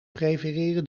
prefereren